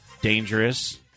dangerous